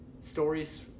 stories